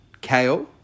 Kale